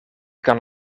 kan